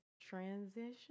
transition